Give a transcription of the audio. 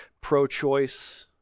pro-choice